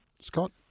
Scott